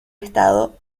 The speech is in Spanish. estado